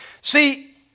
See